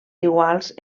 iguals